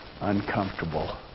uncomfortable